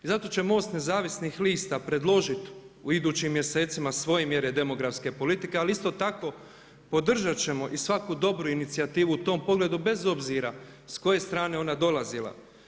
Zato će MOST nezavisnih lista predložiti u idućim mjesecima svoje mjere demografske politike ali isto tako podržat ćemo i svaku dobru inicijativu u tom pogledu bez obzira s koje strane ona dolazila.